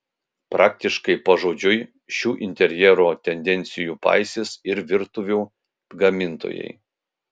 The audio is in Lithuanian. praktiškai pažodžiui šių interjero tendencijų paisys ir virtuvių gamintojai